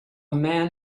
man